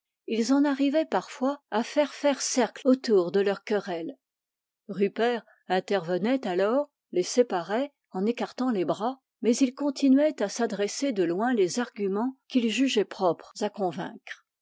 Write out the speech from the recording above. ils en arrivaient parfois à faire faire cercle autour de leur querelle rupert intervenait alors les séparait en écartant les bras mais ils continuaient à s'adresser de loin les arguments qu'ils jugeaient propres à convaincre